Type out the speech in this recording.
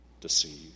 deceived